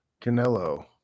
Canelo